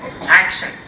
Action